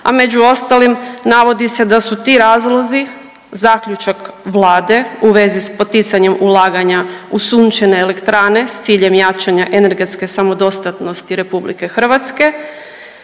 a među ostalim navodi se da su ti razlozi zaključak Vlade u vezi s poticanjem ulaganja u sunčane elektrane s ciljem jačanja energetske samodostatnosti Republike Hrvatske